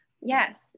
Yes